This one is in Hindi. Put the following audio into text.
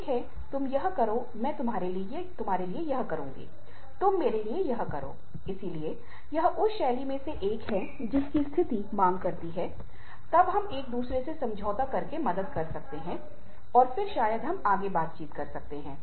और तदनुसार संगठन कार्य संतुलन सुनिश्चित करने के लिए कई पारिवारिक अनुकूल नीतियों को विभाजित करता है